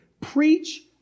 Preach